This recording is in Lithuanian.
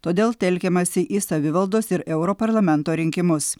todėl telkiamasi į savivaldos ir europarlamento rinkimus